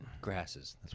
grasses